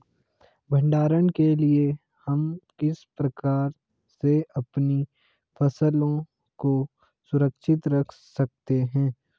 भंडारण के लिए हम किस प्रकार से अपनी फसलों को सुरक्षित रख सकते हैं?